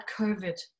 COVID